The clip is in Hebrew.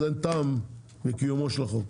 אז אין טעם לקיומו של החוק.